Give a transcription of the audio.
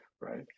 right